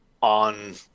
on